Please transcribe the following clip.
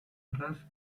ralph